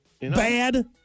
bad